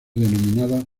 denominadas